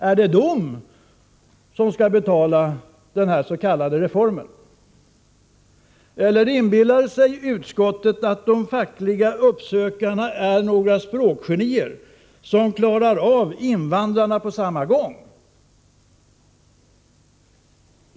Är det de andra grupperna som skall betala denna s.k. reform? Eller inbillar sig utskottet att de fackliga ”uppsökarna” är några språkgenier, som klarar av invandrarna på samma gång?